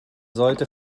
sollte